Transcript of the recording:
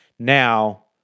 Now